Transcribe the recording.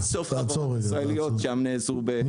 אין סוף חברות ישראליות שם נעזרו --- תעצור רגע.